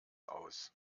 aus